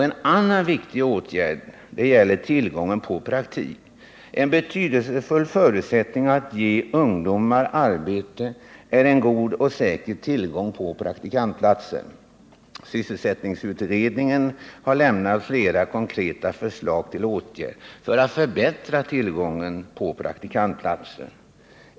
En annan viktig åtgärd gäller tillgången på praktik. En betydelsefull förutsättning för att ge ungdomar arbete är en god och säker tillgång på praktikplatser. Sysselsättningsutredningen har lämnat flera konkreta förslag till åtgärder för att förbättra tillgången på praktikplatser.